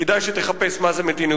כדאי שתחפש מה זו מתינות,